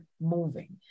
moving